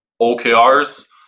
OKRs